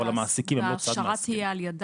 אבל המעסיקים הם לא צד --- ההכשרה תהיה על ידם,